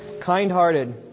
Kind-hearted